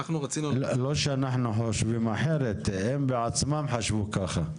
זה לא שאנחנו חושבים אחרת אלא הם בעצמם חשבו כך.